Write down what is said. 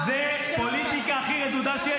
סער ----- זה הפוליטיקה הכי רדודה שיש,